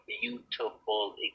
beautiful